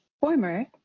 former